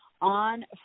On